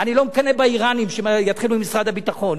אני לא מקנא באירנים שיתחילו עם משרד הביטחון,